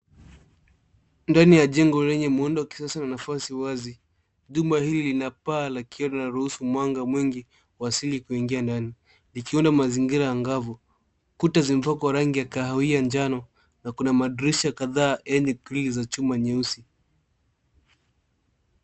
Ndani ya jengo lenye muundo wa kisasa na nafasi wazi. Jumba hili lina paa lakiwa linaruhusu mwanga mwingi wa asili kuingia ndani. Likiona mazingira ya angavu. Kuta zimepakwa rangi ya kahawia njano, na kuna madirisha kadhaa yenye grili za chuma nyeusi.